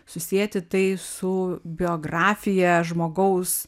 susieti tai su biografija žmogaus